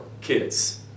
kids